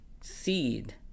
seed